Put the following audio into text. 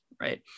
right